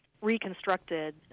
reconstructed